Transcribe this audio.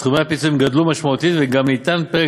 סכומי הפיצויים גדלו משמעותית וגם ניתן פרק